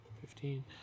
Fifteen